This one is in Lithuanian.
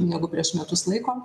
negu prieš metus laiko